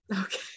Okay